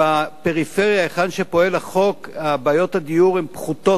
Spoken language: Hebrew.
היכן שפועל החוק בעיות הדיור הן פחותות מאשר בירושלים,